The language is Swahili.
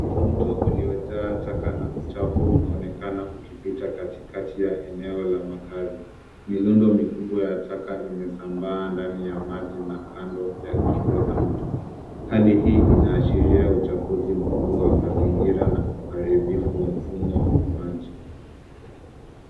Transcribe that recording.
Mto uliojaa taka na uchafu unaonekana ukipita katikati ya eneo la makazi. Mirundo mikubwa imesambaa ndani ya maji na kando ya kingo za mto. Hali hii inaashiria uchafuzi mkubwa wa mazingira na uharibifu wa mfumo wa maji.